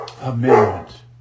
amendment